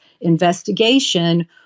investigation